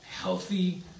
healthy